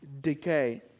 decay